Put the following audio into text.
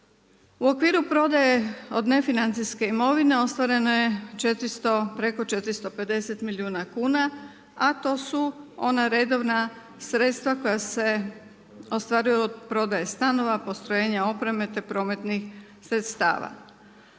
U okviru prodaje od nefinancijske imovine, ostvareno je preko 450 milijuna kuna, a to su ona redovna sredstva koja se ostvaruju od prodaje stanova, postrojenje opreme, te prometnih sredstva.